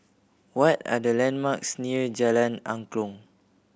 what are the landmarks near Jalan Angklong